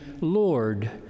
Lord